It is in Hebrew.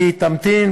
היא תמתין,